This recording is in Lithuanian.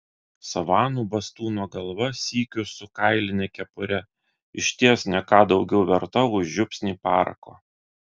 savanų bastūno galva sykiu su kailine kepure išties ne ką daugiau verta už žiupsnį parako